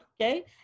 Okay